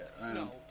No